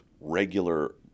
regular